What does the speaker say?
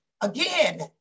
Again